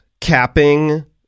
capping